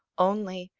only,